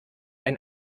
ein